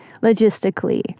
logistically